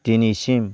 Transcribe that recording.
दिनैसिम